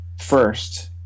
first